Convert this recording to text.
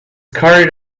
carried